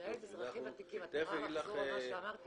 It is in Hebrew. את יכולה לחזור על מה שאמרת?